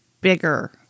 bigger